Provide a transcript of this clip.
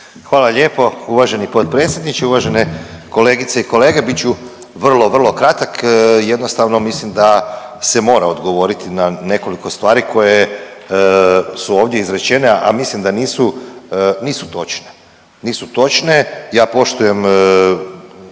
Hvala lijepo uvaženi potpredsjedniče, uvažene kolegice i kolege. Bit ću vrlo, vrlo kratak. Jednostavno mislim da se mora odgovoriti na nekoliko stvari koje su ovdje izrečene, a mislim da nisu, nisu točne.